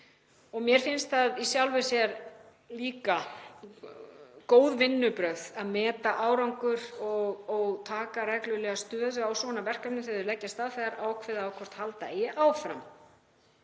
Mér finnst það í sjálfu sér líka góð vinnubrögð að meta árangur og taka reglulega stöðu á svona verkefnum þegar þau leggja af stað, þ.e. ákveða hvort halda eigi áfram.